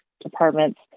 departments